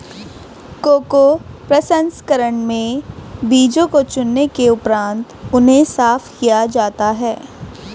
cocoa प्रसंस्करण में बीजों को चुनने के उपरांत उन्हें साफ किया जाता है